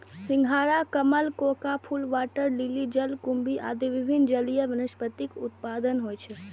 सिंघाड़ा, कमल, कोका फूल, वाटर लिली, जलकुंभी आदि विभिन्न जलीय वनस्पतिक उत्पादन होइ छै